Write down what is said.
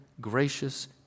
gracious